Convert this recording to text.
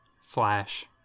Flash